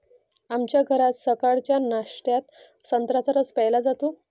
आमच्या घरात सकाळच्या नाश्त्यात संत्र्याचा रस प्यायला जातो